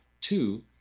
Two